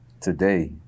today